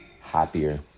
Happier